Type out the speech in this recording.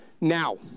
now